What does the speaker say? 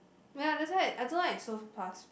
ya that's why I don't like it so fast